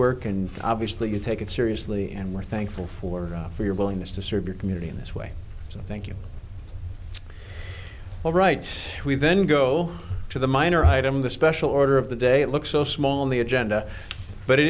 work and obviously you take it seriously and we're thankful for for your willingness to serve your community in this way so thank you all right we then go to the minor height of the special order of the day it looks so small on the agenda but it